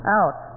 out